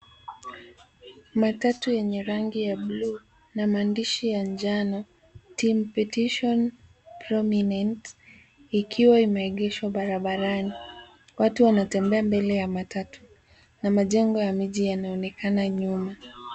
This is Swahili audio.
Matatu yenye rangi ya bluu na maandishi ya njano team petition prominent ikiwa imeegeshwa barabarani . Watu wanatembea mbele ya matatu na majengo ya mji yanaonekana nyuma.